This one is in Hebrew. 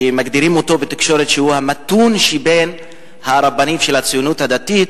שמגדירים אותו בתקשורת שהוא המתון שבין הרבנים של הציונות הדתית,